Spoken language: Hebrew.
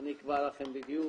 אני אקבע לכן בדיוק